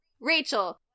Rachel